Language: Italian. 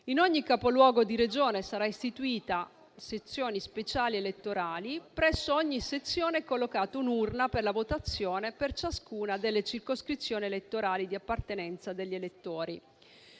in ogni capoluogo di Regione saranno istituite sezioni speciali elettorali; presso ogni sezione è collocata un'urna per la votazione per ciascuna delle circoscrizioni elettorali di appartenenza degli elettori.